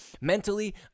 mentally